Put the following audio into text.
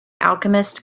alchemist